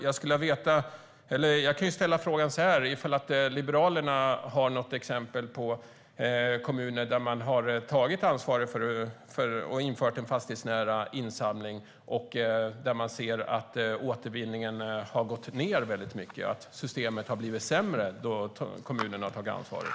Jag kan fråga så här: Har Liberalerna något exempel på en kommun där man har tagit ansvar och infört en fastighetsnära insamling och där återvinningen har gått ned mycket, så att systemet har blivit sämre när kommunen har tagit över ansvaret?